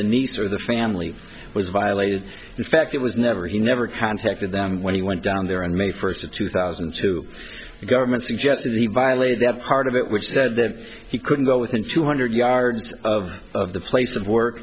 the niece or the family was violated in fact it was never he never contacted them when he went down there on may first of two thousand and two the government suggested he violated that part of it was said that he couldn't go within two hundred yards of of the place of work